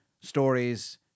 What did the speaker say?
stories